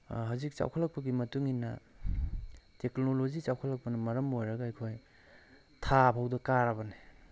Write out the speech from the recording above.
ꯍꯧꯖꯤꯛ ꯆꯥꯎꯈꯠꯂꯛꯄꯥꯒꯤ ꯃꯇꯨꯡ ꯏꯟꯅ ꯇꯦꯛꯅꯣꯂꯣꯖꯤ ꯆꯥꯎꯈꯠꯂꯛꯄꯅ ꯃꯔꯝ ꯑꯣꯏꯔꯒ ꯑꯩꯈꯣꯏ ꯊꯥ ꯐꯧꯗ ꯀꯥꯔꯕꯅꯦ